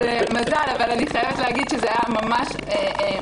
מזל, אבל אני חייבת להגיד שזה היה ממש מרשים.